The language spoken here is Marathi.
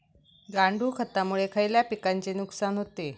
गांडूळ खतामुळे खयल्या पिकांचे नुकसान होते?